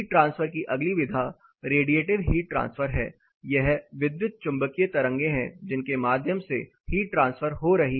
heat transfer की अगली विधा रेडिएटिव हीट ट्रांसफर है यह विद्युत चुंबकीय तरंगें हैं जिनके माध्यम से हीट ट्रांसफर हो रही है